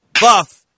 Buff